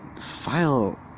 file